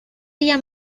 día